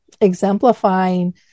exemplifying